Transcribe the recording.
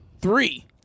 Three